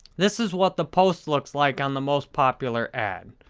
this is what the post looks like on the most popular ad.